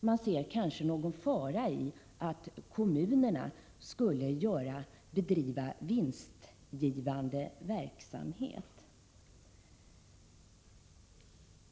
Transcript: Man ser kanske en fara i att kommunerna skulle bedriva vinstgivande verksamhet.